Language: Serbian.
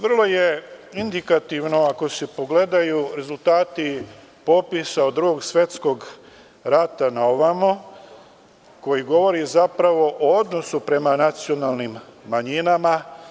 Vrlo je indikativno ako se pogledaju rezultati popisa od Drugog svetskog rata na ovamo, koji govore zapravo o odnosu prema nacionalnim manjinama.